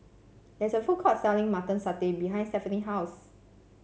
there is a food court selling Mutton Satay behind Stephani house